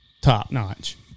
top-notch